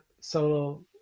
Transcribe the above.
solo